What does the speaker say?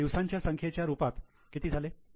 आता दिवसांच्या संख्येच्या रूपात किती झाले